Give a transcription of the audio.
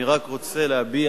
אני רק רוצה להביע